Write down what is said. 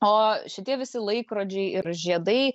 o šitie visi laikrodžiai ir žiedai